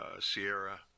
Sierra